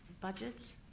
budgets